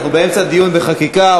אנחנו באמצע דיון בחקיקה,